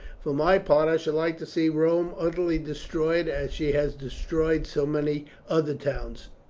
for my part i should like to see rome utterly destroyed, as she has destroyed so many other towns.